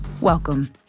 welcome